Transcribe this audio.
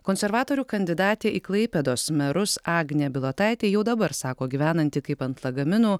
konservatorių kandidatė į klaipėdos merus agnė bilotaitė jau dabar sako gyvenanti kaip ant lagaminų